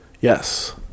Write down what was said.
Yes